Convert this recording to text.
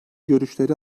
görüşleri